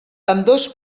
ambdós